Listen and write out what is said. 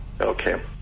Okay